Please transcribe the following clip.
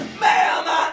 ma'am